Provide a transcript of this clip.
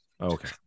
Okay